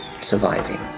surviving